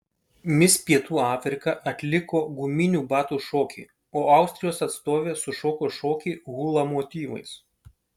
mis pietų afrika atliko guminių batų šokį o austrijos atstovė sušoko šokį hula motyvais